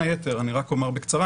בין היתר אני רק אומר בקצרה,